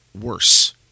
worse